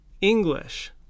English